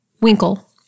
Winkle